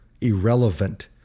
irrelevant